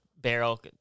barrel